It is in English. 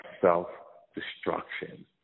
self-destruction